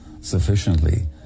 sufficiently